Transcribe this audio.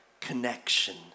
connection